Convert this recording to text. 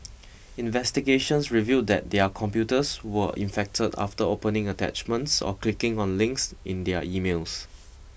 investigations revealed that their computers were infected after opening attachments or clicking on links in their emails